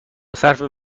صرف